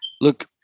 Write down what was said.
look